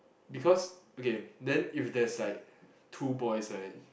because okay then if there is like two boys right